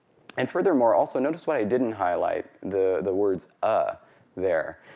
and furthermore, also notice what i didn't highlight the the words a there.